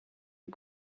you